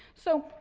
so,